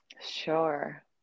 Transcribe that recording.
Sure